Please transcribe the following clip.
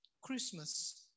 Christmas